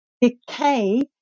decay